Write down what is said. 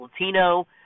Latino